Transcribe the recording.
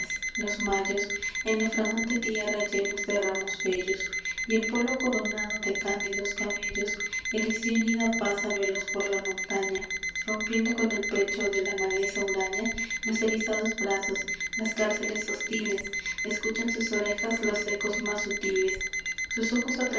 los mayos en la fragante tierra llenos de ramos bellos y el polo coronado de cándidos cabellos el ixionida pasa veloz por la montaña rompiendo con el pecho de la maleza huraña los erizados brazos las cárceles hostiles escuchan sus orejas los ecos más sutiles sus ojos